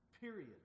Period